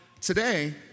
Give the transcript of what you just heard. today